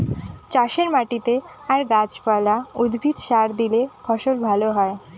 চাষের মাটিতে আর গাছ পালা, উদ্ভিদে সার দিলে ফসল ভালো হয়